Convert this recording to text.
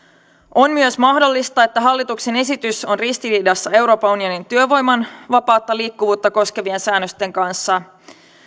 on myös mahdollista että hallituksen esitys on ristiriidassa euroopan unionin työvoiman vapaata liikkuvuutta koskevien säännösten kanssa